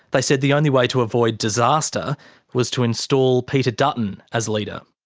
they said the only way to avoid disaster was to install peter dutton as leader.